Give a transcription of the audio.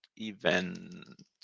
event